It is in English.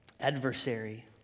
adversary